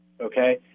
okay